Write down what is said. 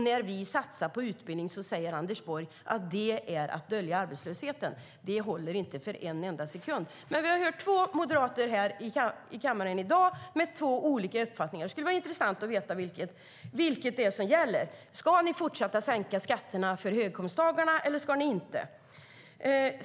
När vi satsar på utbildning säger Anders Borg att det är att dölja arbetslösheten. Det håller inte för en enda sekund. Vi har hört två moderater i kammaren i dag med två olika uppfattningar. Det skulle vara intressant att få veta vad som gäller. Ska ni fortsätta att sänka skatterna för höginkomsttagarna eller inte?